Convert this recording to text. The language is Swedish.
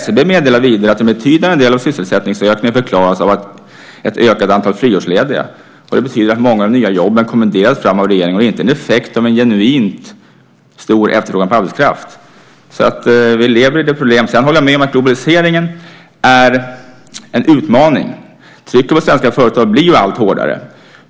SCB meddelar vidare att en betydande del av sysselsättningsökningen förklaras av ett ökat antal friårslediga. Det betyder att många av de nya jobben har kommenderats fram av regeringen och inte är en effekt av en genuint stor efterfrågan på arbetskraft. Jag håller med om att globaliseringen är en utmaning. Trycket på svenska företag blir allt hårdare.